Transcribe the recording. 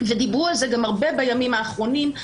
ודיברו על זה גם הרבה בימים האחרונים.